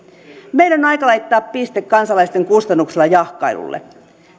meidän on aika laittaa piste kansalaisten kustannuksella jahkailulle